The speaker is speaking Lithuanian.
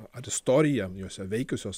ar istorija jose veikiusios